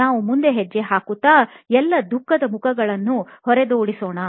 ನಾವು ಮುಂದೆ ಹೆಜ್ಜೆ ಹಾಕುತ್ತಾ ಎಲ್ಲಾ ದುಃಖದ ಮುಖಗಳನ್ನು ಹೊರದೋಡಿಸೋಣ